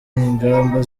ingamba